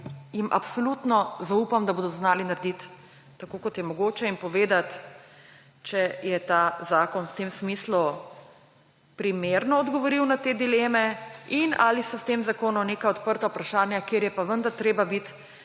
kar jim absolutno zaupam, da bodo znali narediti tako, kot je mogoče, in povedati, če je ta zakon v tem smislu primerno odgovoril na te dileme ali pa so v tem zakonu še neka odprta vprašanja, kjer je pa vendar treba biti